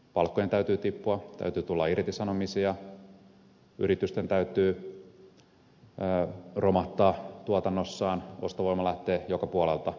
palkkojen täytyy tippua täytyy tulla irtisanomisia yritysten täytyy romahtaa tuotannossaan ostovoimaa lähtee joka puolelta pois